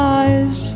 eyes